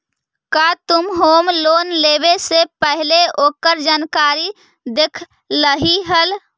का तु home loan लेवे से पहिले ओकर जानकारी देखलही हल?